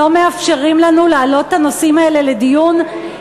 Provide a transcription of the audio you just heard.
ולא מאפשרים לנו להעלות את הנושאים האלה לדיון,